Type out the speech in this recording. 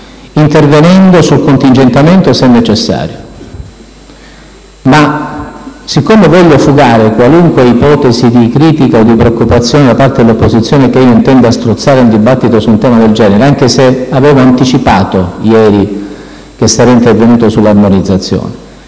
intervenendo sul contingentamento dei tempi, se necessario. Poiché però voglio fugare qualunque ipotesi di critica o di preoccupazione da parte dell'opposizione per cui io intenda strozzare il dibattito su un tema del genere, anche se ieri avevo anticipato che sarei intervenuto sull'armonizzazione,